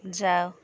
ଯାଅ